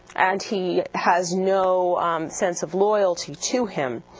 and he has no sense of loyalty to him,